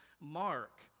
Mark